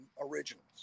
originals